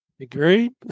Agreed